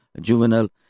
juvenile